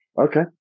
Okay